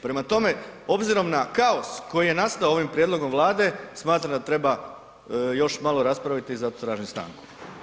Prema tome, obzirom na kaos koji je nastao ovim prijedlogom Vlade smatram da treba još malo raspraviti i zato tražim stanku.